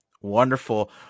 Wonderful